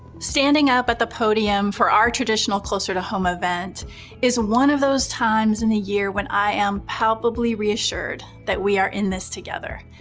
standing up at the podium for our traditional closer to home event is one of those times in the year when i am palpably reassured that we are in this together,